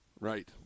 Right